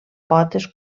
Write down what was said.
potes